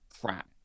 crap